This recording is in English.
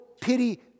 pity